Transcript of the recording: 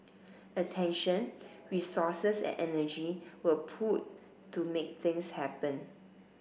attention resources and energy were pooled to make things happen